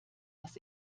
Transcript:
das